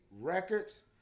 Records